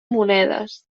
monedes